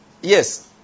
Yes